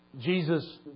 Jesus